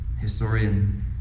historian